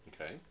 Okay